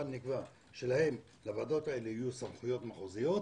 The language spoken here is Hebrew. אבל נקבע שלוועדות האלה יהיו סמכויות מחוזיות,